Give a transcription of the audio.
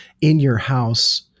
in-your-house